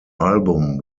album